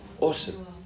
awesome